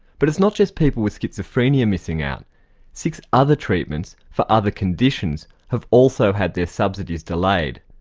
but it's not just people with schizophrenia missing out six other treatments, for other conditions, have also had their subsidies delayed.